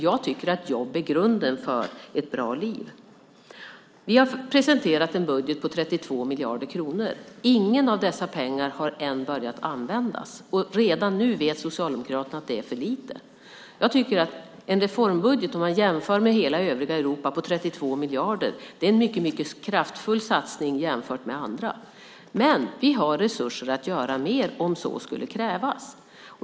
Jag tycker att jobb är grunden för ett bra liv. Vi har presenterat en budget på 32 miljarder kronor. Inga av de pengarna har ännu börjat användas, och redan nu vet Socialdemokraterna att det är för lite. Om man jämför med hela övriga Europa är en reformbudget på 32 miljarder en mycket kraftfull satsning. Vi har resurser att göra mer om så skulle krävas.